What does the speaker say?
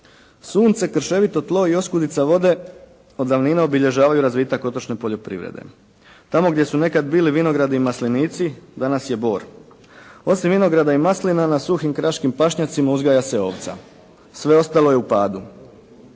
Sunce krševito tlo i oskudica vode od davnina obilježavaju razvitak otočne poljoprivrede. Tamo gdje su nekad bili vinogradi i maslinici danas je bor. Osim vinograda i maslina na suhim kraškim pašnjacima uzgaja se ovca. Sve ostalo je u padu.